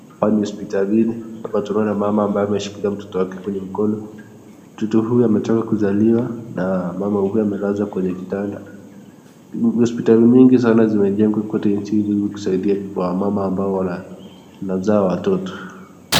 Hsaps ni hospitalinni, hapa tunaona mama amabye ameshikilia mtoto kwenye mikono , mtoto huyu ametoka kuzaliwa na mama huyu amelazwa kwenye kitanda, hospitali mingi sana zimejengwa ili kusaidai wamamambao wanazaa watoto.